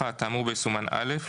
(1)האמור בו יסומן "(א)",